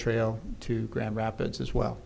trail to grand rapids as well